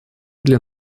для